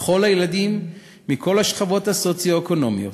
לכל הילדים, מכל השכבות הסוציו-אקונומיות